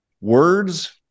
words